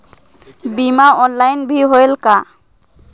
बीमा ऑनलाइन भी होयल का?